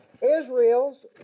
Israel's